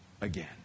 again